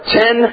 ten